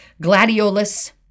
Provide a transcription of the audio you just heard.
Gladiolus